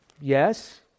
Yes